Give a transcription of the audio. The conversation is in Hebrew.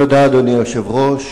אדוני היושב-ראש,